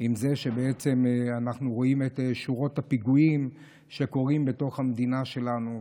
עם זה שבעצם אנחנו רואים את שורות הפיגועים שקורים בתוך המדינה שלנו,